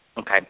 Okay